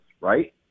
right